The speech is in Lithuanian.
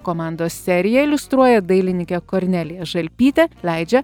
komandos seriją iliustruoja dailininkė kornelija žalpytė leidžia